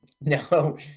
No